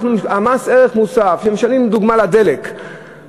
מס ערך מוסף שמשלמים לדוגמה על הדלק,